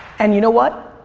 and you know what?